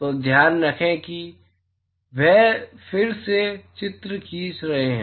तो ध्यान रखें कि वे फिर से चित्र खींच रहे हैं